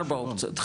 ארבע אופציות,